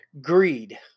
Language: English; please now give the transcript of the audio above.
greed